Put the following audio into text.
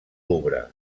louvre